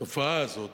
שהתופעה הזאת